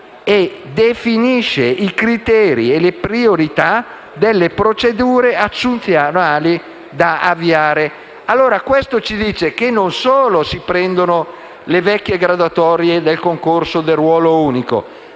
e definisce i criteri e le priorità delle procedure assunzionali da avviare. Si evince, quindi, che non solo si prendono le vecchie graduatorie del concorso del ruolo unico,